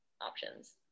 options